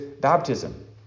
Baptism